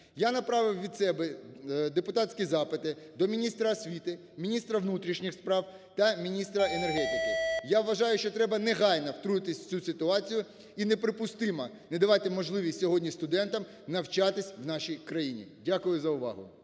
Я направив від себе депутатські запити до міністра освіти, міністра внутрішніх справ та міністра енергетики. Я вважаю, що треба негайно втрутитись в цю ситуацію і неприпустимо не давати можливість сьогодні студентам навчатися в нашій країні. Дякую за увагу.